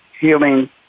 healing